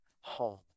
home